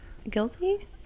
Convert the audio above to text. guilty